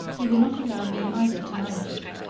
he will not allow me either to manage it.